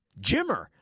Jimmer